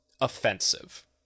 offensive